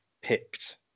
picked